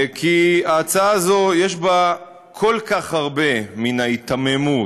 כי ההצעה הזאת, יש בה כל כך הרבה מן ההיתממות,